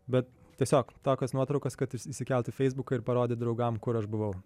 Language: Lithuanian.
bet tiesiog tokias nuotraukas kad įsi įsikelt į feisbuką ir parodyt draugam kur aš buvau